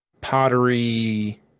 Pottery